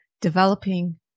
developing